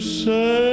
say